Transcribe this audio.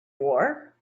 war